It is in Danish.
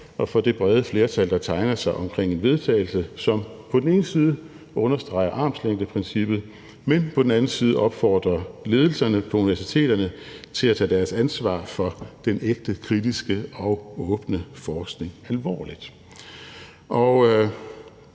og for det brede flertal, der tegner sig omkring et forslag til vedtagelse, som på den ene side understreger armslængdeprincippet, men på den anden side opfordrer ledelserne på universiteterne til at tage deres ansvar for den ægte kritiske og åbne forskning alvorligt. På